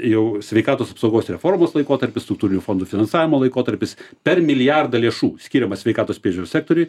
jau sveikatos apsaugos reformos laikotarpis struktūrinių fondų finansavimo laikotarpis per milijardą lėšų skiriama sveikatos priežiūros sektoriui